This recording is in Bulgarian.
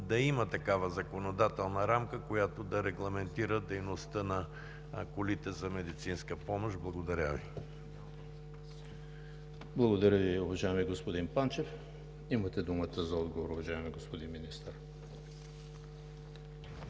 да има такава законодателна рамка, която да регламентира дейността на колите за медицинска помощ. Благодаря Ви. ПРЕДСЕДАТЕЛ ЕМИЛ ХРИСТОВ: Благодаря Ви, уважаеми господин Панчев. Имате думата за отговор, уважаеми господин Министър.